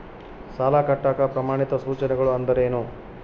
ಸಾಲ ಕಟ್ಟಾಕ ಪ್ರಮಾಣಿತ ಸೂಚನೆಗಳು ಅಂದರೇನು?